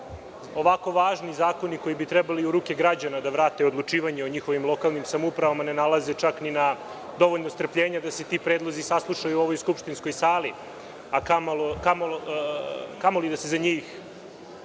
ovako važni zakoni koji bi trebali u ruke građana da vrate odlučivanje o njihovim lokalnim samoupravama ne nalaze čak ni na dovoljno strpljenja da se ti predlozi saslušaju u ovoj skupštinskoj sali, a kamoli da se za njih,